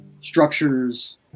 structures